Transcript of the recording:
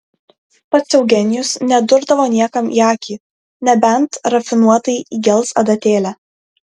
pats eugenijus nedurdavo niekam į akį nebent rafinuotai įgels adatėle